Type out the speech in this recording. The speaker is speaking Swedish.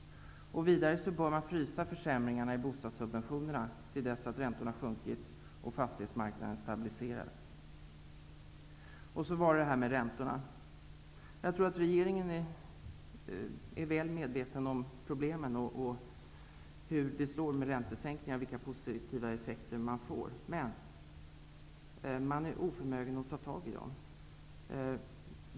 Vidare bör försämringarna i bostadssubventionerna frysas till dess att räntorna har sjunkit och fastighetsmarknaden har stabiliserats. Så över till räntorna. Jag tror att regeringen är väl medveten om problemen och om vilka positiva effekter man får genom räntesänkningar, men man är oförmögen att ta tag i dem.